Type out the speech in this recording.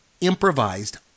improvised